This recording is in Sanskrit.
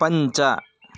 पञ्च